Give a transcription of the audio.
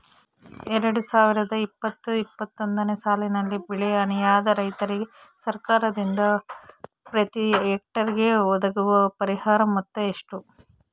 ಎರಡು ಸಾವಿರದ ಇಪ್ಪತ್ತು ಇಪ್ಪತ್ತೊಂದನೆ ಸಾಲಿನಲ್ಲಿ ಬೆಳೆ ಹಾನಿಯಾದ ರೈತರಿಗೆ ಸರ್ಕಾರದಿಂದ ಪ್ರತಿ ಹೆಕ್ಟರ್ ಗೆ ಒದಗುವ ಪರಿಹಾರ ಮೊತ್ತ ಎಷ್ಟು?